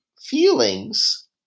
feelings